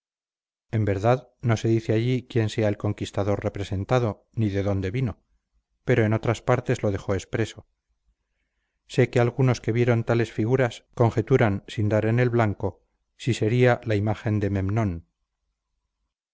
es verdad no se dice allí quién sea el conquistador representado ni de dónde vino pero en otras partes lo dejó expreso sé que algunos que vieron tales figuras conjeturan sin dar en el blanco sí sería la imagen de memnon